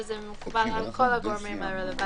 וזה מקובל על כל הגורמים הרלבנטיים.